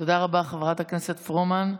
תודה רבה, חברת הכנסת פרומן.